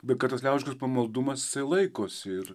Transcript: bet kad tas liaudiškas pamaldumas jisai laikosi ir